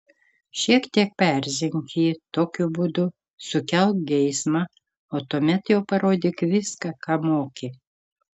šiek tiek paerzink jį tokiu būdu sukelk geismą o tuomet jau parodyk viską ką moki